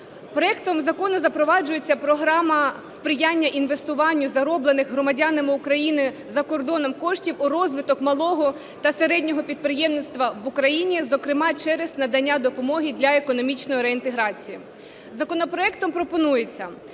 Проектом закону запроваджується програма сприяння інвестуванню зароблених громадянами України за кордоном коштів у розвиток малого та середнього підприємництва в Україні, зокрема через надання допомоги для економічної реінтеграції. Законопроектом пропонується